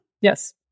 yes